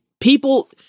people